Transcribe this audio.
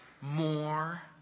more